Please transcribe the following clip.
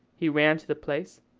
he ran to the place,